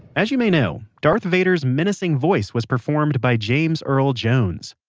as you may know, darth vader's menacing voice was performed by james earl jones,